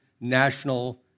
national